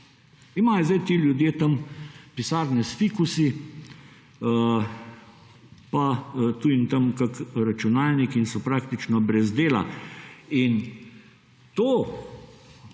imajo sedaj te ljudje tam pisarne s fikusi pa tu in tam kakšen računalnik in so praktično brez dela. To,